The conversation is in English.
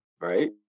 right